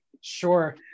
Sure